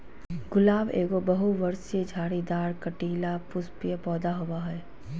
गुलाब एगो बहुवर्षीय, झाड़ीदार, कंटीला, पुष्पीय पौधा होबा हइ